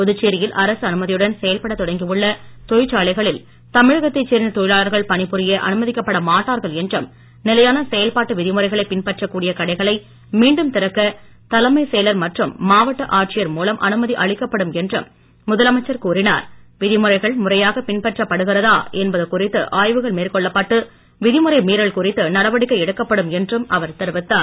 புதுச்சேரியில் அரசு அனுமதியுடன் செயல்படத் தொடங்கியுள்ள தொழிற்சாலைகளில் தமிழகத்தைச் சேர்ந்த தொழிலாளர்கள் பணி புரிய அனுமதிக்கப்பட மாட்டார்கள் என்றும் நிலையான செயல்பாட்டு விதிமுறைகளை பின்பற்றக் கூடிய கடைகளை மீண்டும் திறக்க தலைமைச் செயலர் மற்றும் மாவட்ட ஆட்சியர் மூலம் அனுமதி அளிக்கப்படும் என்றும் முதலமைச்சர் கூறினார் விதிமுறைகள் முறையாக பின்பற்றப் படுகிறதா என்பது குறித்து ஆய்வுகள் மேற்கொள்ளப்பட்டு விதிமுறை மீறல் குறித்து நடவடிக்கை எடுக்கப்படும் என்றும் அவர் தெரிவித்தார்